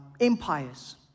empires